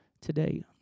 today